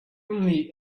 only